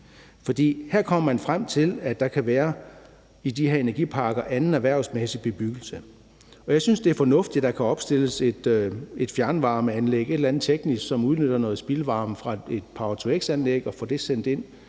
For her kommer man frem til, at der i de her energiparker kan være anden erhvervsmæssig bebyggelse, og jeg synes, det er fornuftigt, at der kan opstilles et fjernvarmeanlæg, et eller andet teknisk, som udnytter noget spildvarme fra et power-to-x-anlæg og får det sendt ind